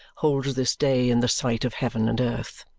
holds this day in the sight of heaven and earth.